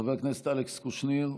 חבר הכנסת אלכס קושניר,